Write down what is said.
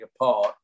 apart